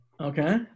Okay